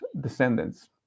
descendants